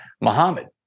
muhammad